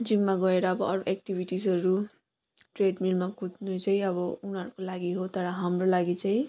जिममा गएर अब अरू एक्टिभिटिजहरू ट्रेडमिलमा कुद्नु चाहिँ अब उनीहरूको लागि हो तर हाम्रो लागि चाहिँ